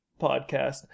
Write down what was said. podcast